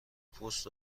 پست